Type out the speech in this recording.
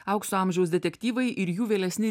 aukso amžiaus detektyvai ir jų vėlesni